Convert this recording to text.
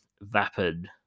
vapid